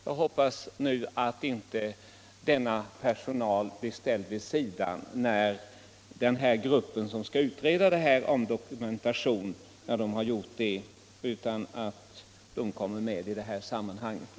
Jag hoppas att man inte glömmer bort denna personal när den grupp som arbetat med dokumentationsfrågorna blivit färdig med sitt arbete.